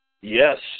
Yes